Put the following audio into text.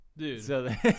Dude